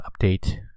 update